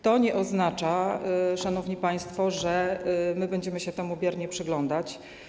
To nie oznacza, szanowni państwo, że my będziemy się temu biernie przyglądać.